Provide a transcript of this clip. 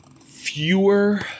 fewer